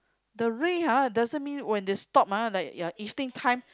the ray ha doesn't mean when they stop ah like evening time